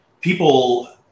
people